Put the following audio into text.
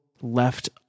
left